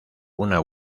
una